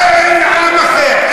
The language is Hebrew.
אין עם אחר.